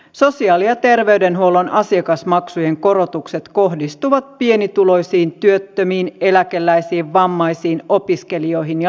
sosiaali ja terveydenhuollon asiakasmaksujen korotukset kohdistuvat pienituloisiin työttömiin eläkeläisiin vammaisiin opiskelijoihin ja lapsiperheisiin